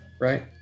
right